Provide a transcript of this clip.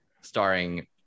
starring